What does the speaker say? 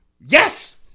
Yes